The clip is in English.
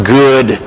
good